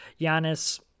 Giannis